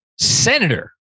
Senator